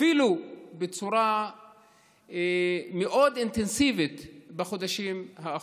אפילו בצורה מאוד אינטנסיבית בחודשים האחרונים.